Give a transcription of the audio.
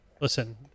Listen